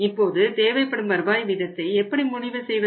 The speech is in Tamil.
இப்போது தேவைப்படும் வருவாய் வீதத்தை எப்படி முடிவு செய்வது